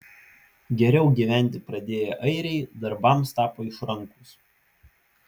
geriau gyventi pradėję airiai darbams tapo išrankūs